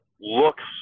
looks